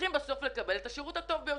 צריכים בסוף לקבל את השירות הטוב ביותר.